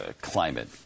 climate